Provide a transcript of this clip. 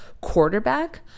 quarterback